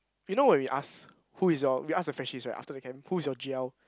you know when we ask who is your we ask the Freshies right after the camp who is your g_l